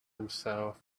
himself